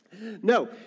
No